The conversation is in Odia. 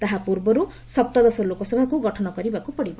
ତାହା ପୂର୍ବରୁ ସପ୍ତଦଶ ଲୋକସଭାକୁ ଗଠନ କରିବାକୁ ପଡିବ